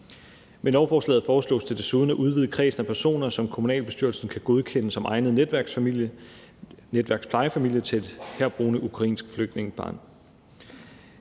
Med lovforslaget foreslås det desuden at udvide kredsen af personer, som kommunalbestyrelsen kan godkende som egnet netværksplejefamilie til et herboende ukrainsk flygtningebarn.